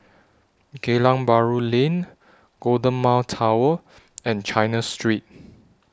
Geylang Bahru Lane Golden Mile Tower and China Street